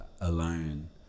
alone